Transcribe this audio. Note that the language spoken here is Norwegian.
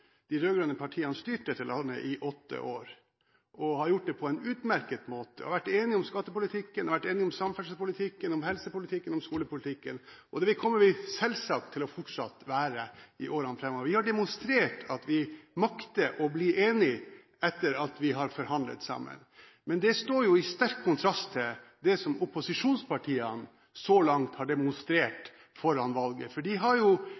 de rød-grønne partiene styrt dette landet i åtte år og har gjort det på en utmerket måte. De har vært enige om skattepolitikken, om samferdselspolitikken, om helsepolitikken og om skolepolitikken. Det kommer vi selvsagt til fortsatt å være i årene framover. Vi har demonstrert at vi makter å bli enige etter at vi har forhandlet sammen. Det står i sterk kontrast til det som opposisjonspartiene så langt har demonstrert foran valget, for de har